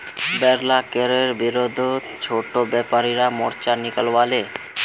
बोढ़ला करेर विरोधत छोटो व्यापारी मोर्चा निकला ले